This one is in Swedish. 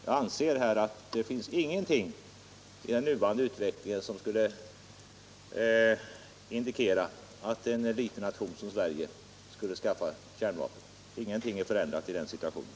Jag anser att det inte finns någonting i den nuvarande utvecklingen som skulle indikera att en liten nation som Sverige skulle skaffa kärnvapen. Ingenting är förändrat i den situationen.